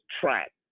track